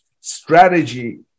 Strategy